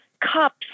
cups